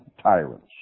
tyrants